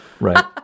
Right